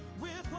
we